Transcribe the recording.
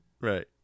right